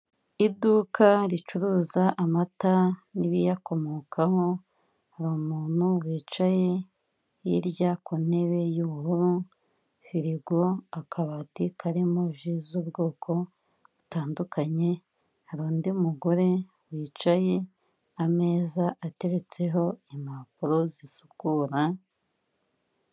Iduka ricuruza amata n'ibiyakomokamo hari umuntu wicaye hirya ku ntebe y'ubururu, firigo, akabati karimo ji z'ubwoko butandukanye, hari undi mugore wicaye, ameza ateretseho impapuro zisukura.